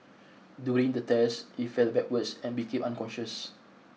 during the test he fell backwards and became unconscious